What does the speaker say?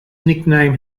nickname